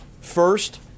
First